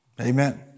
Amen